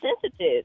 sensitive